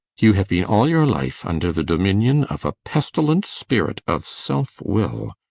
you have been all your life under the dominion of a pestilent spirit of self-will.